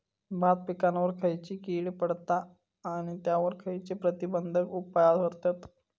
भात पिकांवर खैयची कीड पडता आणि त्यावर खैयचे प्रतिबंधक उपाय करतत?